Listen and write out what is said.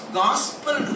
gospel